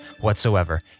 whatsoever